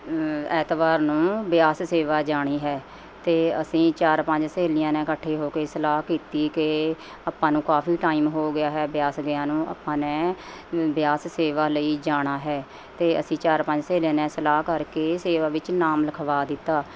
ਐਤਵਾਰ ਨੂੰ ਬਿਆਸ ਸੇਵਾ ਜਾਣੀ ਹੈ ਅਤੇ ਅਸੀਂ ਚਾਰ ਪੰਜ ਸਹੇਲੀਆਂ ਨੇ ਇਕੱਠੇ ਹੋ ਕੇ ਸਲਾਹ ਕੀਤੀ ਕਿ ਆਪਾਂ ਨੂੰ ਕਾਫ਼ੀ ਟਾਈਮ ਹੋ ਗਿਆ ਹੈ ਬਿਆਸ ਗਿਆ ਨੂੰ ਆਪਾਂ ਨੇ ਬਿਆਸ ਸੇਵਾ ਲਈ ਜਾਣਾ ਹੈ ਅਤੇ ਅਸੀਂ ਚਾਰ ਪੰਜ ਸਹੇਲੀਆਂ ਨੇ ਸਲਾਹ ਕਰਕੇ ਸੇਵਾ ਵਿੱਚ ਨਾਮ ਲਿਖਵਾ ਦਿੱਤਾ